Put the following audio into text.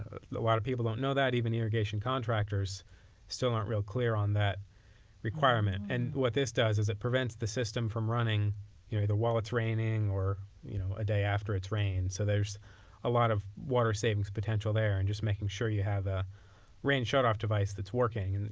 ah the water people don't know that. even the irrigation contractors still aren't real clear on that requirement. and what this does is it prevents the system from running you know while it's raining or the you know ah day after it's rained. so there's a lot of water savings potential there in just making sure you have a rain shutoff device that's working. and